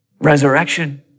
Resurrection